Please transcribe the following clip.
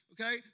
Okay